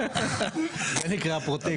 זה נקרא פרוטקשן.